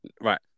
right